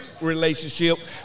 relationship